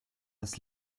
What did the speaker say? das